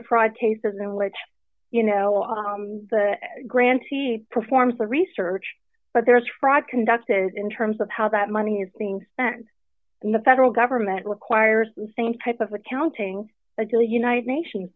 of pride cases in which you know the grants he performs the research but there's fraud conducted in terms of how that money is being spent in the federal government requires the same type of accounting the united nations